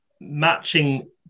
matching